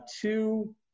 two